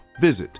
visit